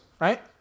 right